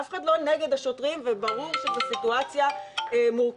אף אחד לא נגד השוטרים וברור שזו סיטואציה מורכבת,